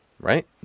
right